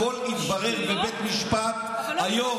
הכול יתברר בבית המשפט היום.